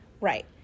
Right